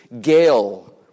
gale